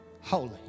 holy